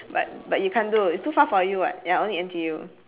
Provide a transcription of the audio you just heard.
but but you can't do it's too far for you [what] ya only N_T_U